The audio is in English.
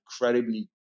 incredibly